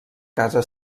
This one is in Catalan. casa